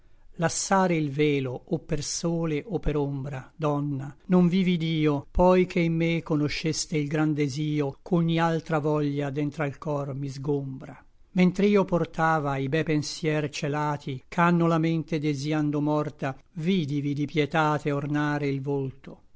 lassare il velo o per sole o per ombra donna non vivi io poi che in me conosceste il gran desio ch'ogni altra voglia d'entr'al cor mi sgombra mentr'io portava i be pensier celati ch'ànno la mente desïando morta vidivi di pietate ornare il volto